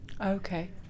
Okay